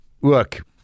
Look